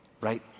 right